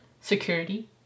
security